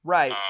Right